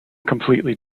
completely